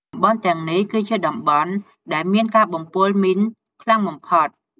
តំបន់ទាំងនេះគឺជាតំបន់ដែលមានការបំពុលមីនខ្លាំងបំផុត ។